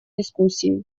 дискуссии